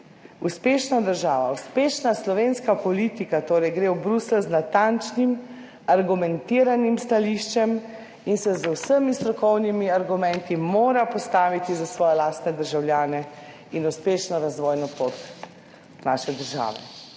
Uspešna država, uspešna slovenska politika torej gre v Bruselj z natančnim, argumentiranim stališčem in se z vsemi strokovnimi argumenti mora postaviti za svoje lastne državljane in uspešno razvojno pot naše države.